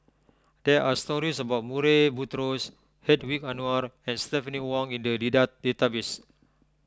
there are stories about Murray Buttrose Hedwig Anuar and Stephanie Wong in the data database